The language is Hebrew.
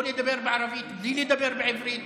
או לדבר בערבית בלי לדבר בעברית,